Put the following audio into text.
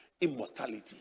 immortality